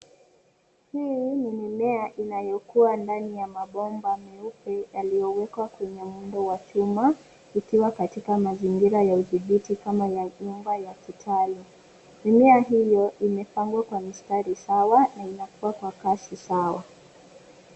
Hii ni mimea inayo kuwa ndani ya mabomba meupe yaliyo wekwa kwenye muundo wa chuma ikiwa katika mazingira ya udhibiti kama nyumba ya kitaalam. Mimea hiyo imepangwa kwa mistari sawa na I akua kwa kasi sawa.